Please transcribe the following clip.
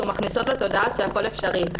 ומכניסות לתודעה שהכול אפשרי,